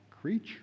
creature